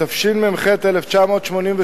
התשמ"ח 1988,